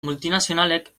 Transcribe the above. multinazionalek